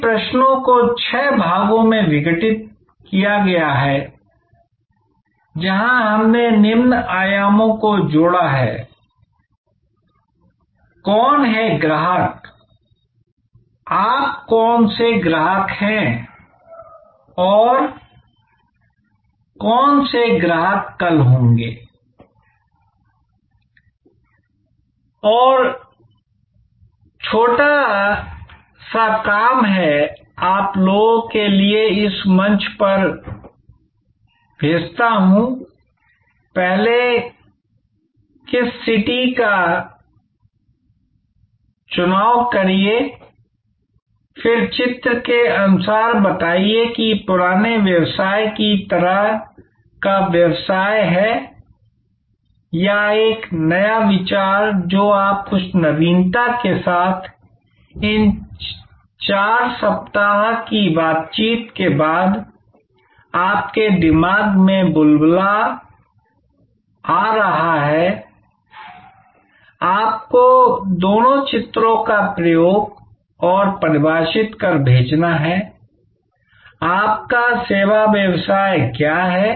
इन प्रश्नों को 6 भागों में विघटित किया गया है जहां हमने निम्न आयामों को जुड़ा है कौन है ग्राहक आप कौन से ग्राहक हैं और कौन से ग्राहक कल होंगेI और एक छोटा सा काम है आप लोगों के लिए इस मंच पर भेजता हूंI पहले किस सिटी का चुनाव करिए फिर चित्र के अनुसार बताइए कि यह पुराने व्यवसाय की तरह का व्यवसाय है या एक नया विचार जो आप कुछ नवीनता के साथ इन 4 सप्ताह की बातचीत के बाद आपके दिमाग में बुलबुला आ रहा हैI आपको दोनों चित्रों का प्रयोग और परिभाषित कर भेजना हैI आपका सेवा व्यवसाय क्या है